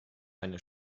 eine